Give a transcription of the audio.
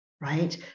Right